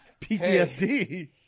PTSD